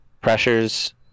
pressures